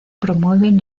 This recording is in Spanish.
promueven